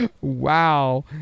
Wow